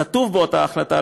כתוב באותה החלטה,